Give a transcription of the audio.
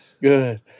Good